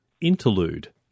Interlude